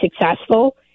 successful